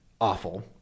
awful